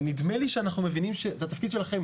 ונדמה לי שאנחנו מבינים שזה התפקיד שלכם,